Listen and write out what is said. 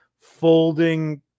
folding